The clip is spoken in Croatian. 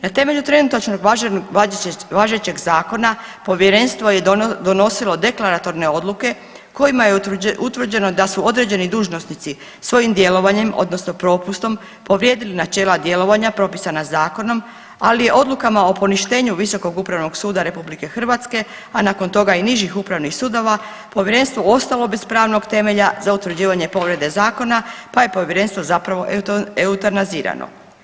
Na temelju trenutačno važećeg Zakona Povjerenstvo je donosilo deklaratorne odluke kojima je utvrđeno da su određeni dužnosnici svojim djelovanjem odnosno propustom povrijedili načela djelovanja propisana zakonom, ali je odlukama o poništenju Visokog upravnog suda Republike Hrvatske, a nakon toga i nižih upravnih sudova Povjerenstvo ostalo bez pravnog temelja za utvrđivanje povrede zakona, pa je Povjerenstvo zapravo eutanazirano.